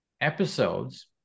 episodes